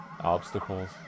obstacles